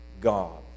God